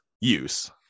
use